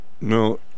No